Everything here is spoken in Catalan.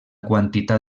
quantitat